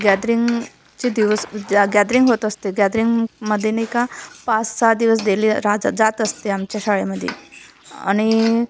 गॅदरिंगचे दिवस ज्या गॅदरिंग होत असते गॅदरिंगमध्ये नाही का पाच सहा दिवस दिले रा जात असते आमच्या शाळेमध्ये आणि